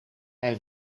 hij